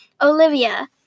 Olivia